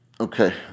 Okay